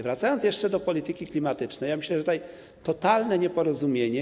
Wracając jeszcze do polityki klimatycznej, myślę, że jest tutaj totalne nieporozumienie.